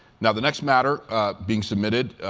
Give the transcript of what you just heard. now, the next matter being submitted,